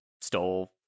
stole